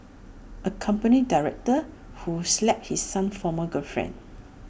A company director who slapped his son's former girlfriend